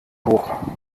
hoch